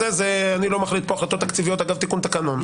אני לא מחליט פה החלטות תקציביות אגב תיקון תקנות.